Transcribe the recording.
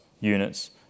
units